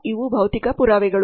ಇವು ಭೌತಿಕ ಪುರಾವೆಗಳು